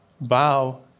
Bow